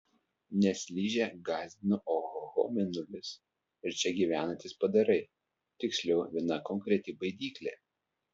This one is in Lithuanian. nes ližę gąsdino ohoho mėnulis ir čia gyvenantys padarai tiksliau viena konkreti baidyklė